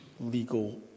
legal